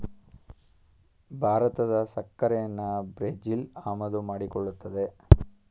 ಭಾರತದ ಸಕ್ಕರೆನಾ ಬ್ರೆಜಿಲ್ ಆಮದು ಮಾಡಿಕೊಳ್ಳುತ್ತದೆ